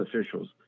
officials